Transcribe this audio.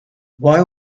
why